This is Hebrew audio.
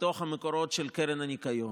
מתוך המקורות של קרן הניקיון,